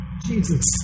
Jesus